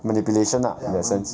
manipulation lah make sense